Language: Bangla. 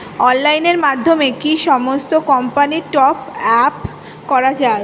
অনলাইনের মাধ্যমে কি সমস্ত কোম্পানির টপ আপ করা যায়?